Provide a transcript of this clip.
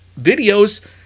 videos